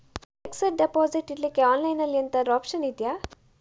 Fixed deposit ಇಡ್ಲಿಕ್ಕೆ online ಅಲ್ಲಿ ಎಂತಾದ್ರೂ ಒಪ್ಶನ್ ಇದ್ಯಾ?